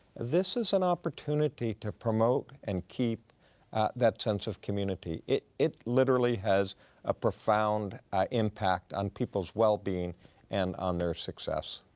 this is an opportunity to promote and keep that sense of community. it it literally has a profound impact on people's wellbeing and on their success.